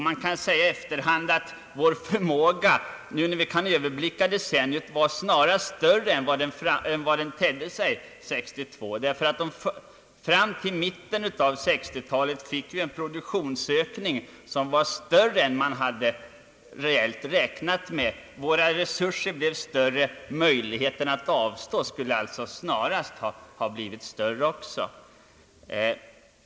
Man kan säga i efterhand att vår förmåga — nu när vi kan överblicka decenniet — snarast var större än den tedde sig 1962. Fram till mitten av 1960 talet fick vi en produktionsökning som var större än man reellt hade räknat med. Möjligheterna att avstå skulle alltså också ha blivit större.